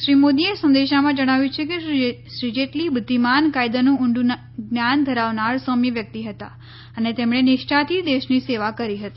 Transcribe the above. શ્રી મોદીએ સંદેશામાં જણાવ્યું છે કે શ્રી જેટલી બુદ્ધિમાન કાયદાનું ઉડું જ્ઞાન ધરાવનાર સૌમ્ય વ્યકિત હતા અને તેમણે નીષ્ઠાથી દેશ સેવા કરી હતી